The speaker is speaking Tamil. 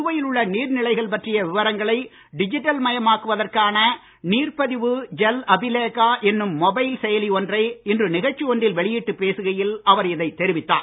புதுவையில் உள்ள நீர்நிலைகள் பற்றிய விவரங்களை டிஜிட்டல் மயமாக்குவதற்கான நீர் பதிவு ஜல் அபிலேகா என்னும் மொபைல் செயலி ஒன்றை இன்று நிகழ்ச்சி ஒன்றில் வெளியிட்டுப் பேசுகையில் அவர் இதைத் தெரிவித்தார்